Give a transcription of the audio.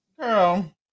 Girl